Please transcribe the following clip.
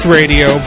radio